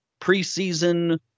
preseason